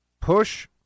push